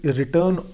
return